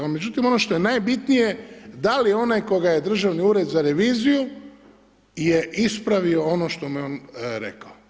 Al, međutim, ono što je najbitnije, dali onaj koga je Državni ured za reviziju je ispravio ono što mu je on rekao.